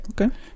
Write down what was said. Okay